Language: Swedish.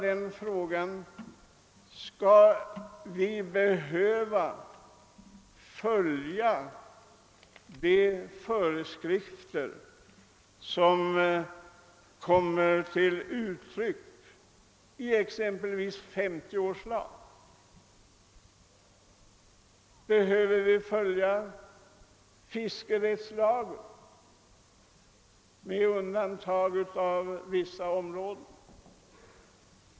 Då är frågan bara denna: Skall vi behöva följa de föreskrifter som kommer till uttryck i exempelvis 1950 års lag, och måste vi följa fiskerättslagen med undantag för vissa avsnitt?